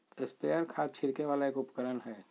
sprayer खाद छिड़के वाला एक उपकरण हय